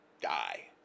die